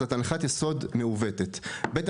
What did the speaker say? שאלת המקום לאיזונים ובלמים של הרשות המבצעת, היא